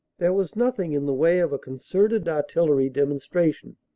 there was nothing in the way of a concerted artillery demonstration.